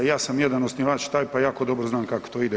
I ja sam jedan osnivač taj pa jako dobro znam kako to idem.